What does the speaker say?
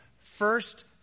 First